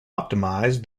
optimize